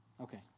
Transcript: Okay